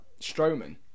Strowman